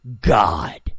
God